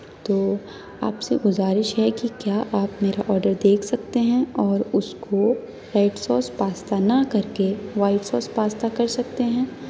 تو آپ سے گزارش ہے کہ کیا آپ میرا آڈر دیکھ سکتے ہیں اور اس کو ریڈ سوس پاستہ نہ کر کے وائٹ سوس پاستہ کر سکتے ہیں